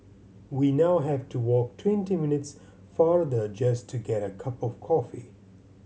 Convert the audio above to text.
we now have to walk twenty minutes farther just to get a cup of coffee